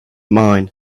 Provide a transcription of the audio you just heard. mine